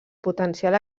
potencial